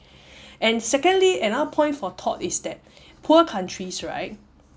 and secondly another point for thought is that poor countries right